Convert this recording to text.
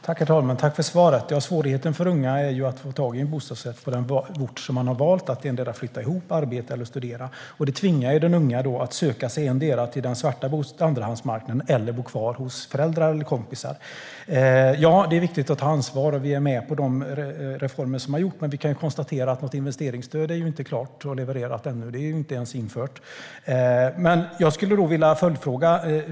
Herr talman! Jag tackar för svaret. Svårigheten för unga är att få tag i en bostad på den ort där man har valt att flytta ihop med någon, arbeta eller studera. Det tvingar den unga att söka sig till den svarta andrahandsmarknaden eller att bo kvar hos föräldrar eller kompisar. Ja, det är viktigt att ta ansvar. Och vi står bakom de reformer som har genomförts. Men vi kan konstatera att något investeringsstöd ännu inte är klart och levererat. Det är inte ens infört. Jag skulle vilja ställa en följdfråga.